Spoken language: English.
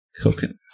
coconut